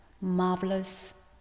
marvelous